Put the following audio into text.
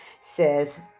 says